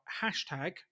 hashtag